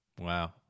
Wow